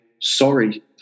sorry